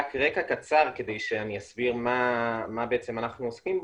רק רקע קצר כדי שאני אסביר במה אנחנו עוסקים.